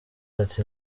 ati